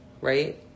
right